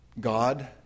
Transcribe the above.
God